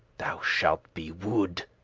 thou shalt be wood.